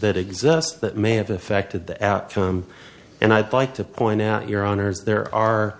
that exist that may have affected the outcome and i'd like to point out your honors there are